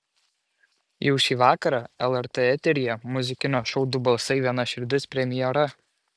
jau šį vakarą lrt eteryje muzikinio šou du balsai viena širdis premjera